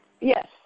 yes